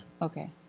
Okay